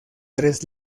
tres